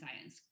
science